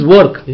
Work